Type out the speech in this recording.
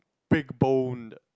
big bone